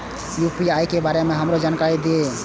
UPI के बारे में हमरो जानकारी दीय?